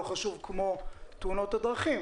לא חשוב כמו המאבק בתאונות הדרכים,